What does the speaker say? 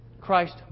Christ